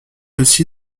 aussi